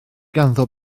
ganddo